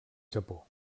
japó